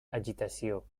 agitació